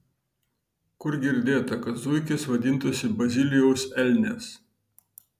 kur girdėta kad zuikis vadintųsi bazilijus elnias